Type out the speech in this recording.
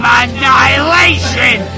annihilation